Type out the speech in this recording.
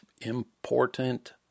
important